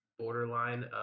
Borderline